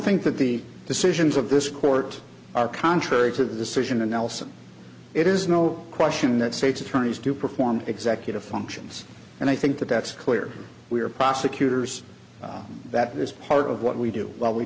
think that the decisions of this court are contrary to the decision of nelson it is no question that states attorneys do perform executive functions and i think that that's clear we are prosecutors that is part of what we do w